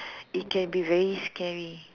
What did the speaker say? it can be very scary